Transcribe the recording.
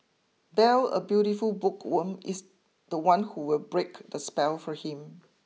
Belle a beautiful bookworm is the one who will break the spell for him